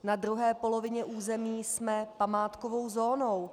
Na druhé polovině území jsme památkovou zónou.